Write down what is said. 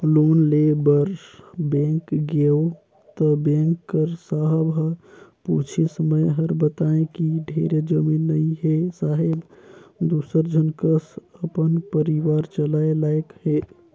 loan लेय बर bank गेंव त बेंक कर साहब ह पूछिस मै हर बतायें कि ढेरे जमीन नइ हे साहेब दूसर झन कस अपन परिवार चलाय लाइक हे